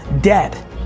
dead